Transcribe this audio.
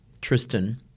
Tristan